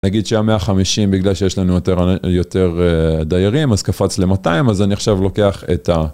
נגיד שהיה 150 בגלל שיש לנו יותר דיירים, אז קפץ ל-200, אז אני עכשיו לוקח את ה...